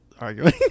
arguing